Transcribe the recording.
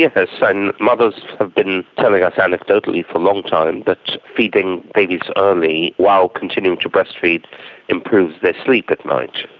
yes, and mothers have been telling us anecdotally for a long time that feeding babies early while continuing to breastfeed improves their sleep at night.